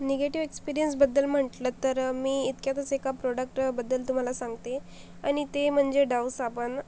negative एक्सपीरियन्सबद्दल म्हटलं तर मी इतक्यातच एका प्रोडक्टबद्दल तुम्हाला सांगते आणि ते म्हणजे डव साबण